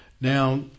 Now